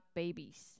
babies